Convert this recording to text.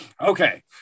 Okay